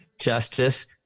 justice